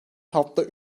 haftada